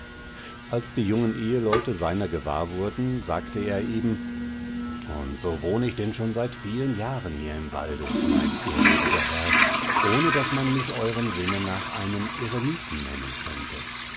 als die jungen eheleute seiner gewahr wurden sagte er eben und so wohn ich denn schon seit vielen jahren hier im walde mein ehrwürdiger herr ohne daß man mich eurem sinne nach einen eremiten nennen könnte